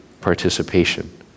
participation